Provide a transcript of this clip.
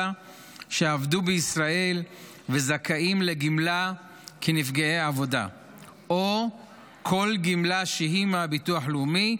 שעבדו בישראל וזכאים לגמלה כנפגעי עבודה או כל גמלה שהיא מהביטוח הלאומי.